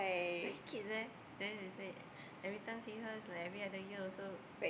nine kids eh then they said every time see her is like every other year also